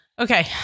Okay